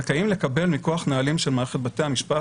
זכאים לקבל מכוח נהלים של מערכת בתי המשפט